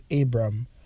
Abram